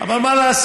אבל מה לעשות.